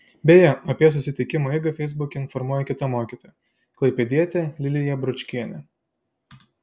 beje apie susitikimo eigą feisbuke informuoja kita mokytoja klaipėdietė lilija bručkienė